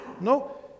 No